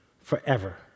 forever